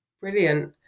Brilliant